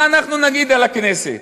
מה אנחנו נגיד על הכנסת?